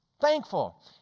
Thankful